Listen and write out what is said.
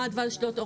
מה דבש לא טוב.